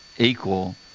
Equal